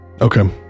Okay